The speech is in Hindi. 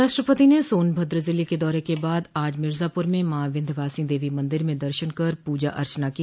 राष्ट्रपति ने सोनभद्र जिले के दौरे के बाद आज मिर्जापुर में मां विंध्यवासिनी देवी मंदिर में दर्शन कर पूजा अर्चना की